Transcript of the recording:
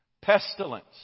Pestilence